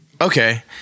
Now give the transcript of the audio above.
Okay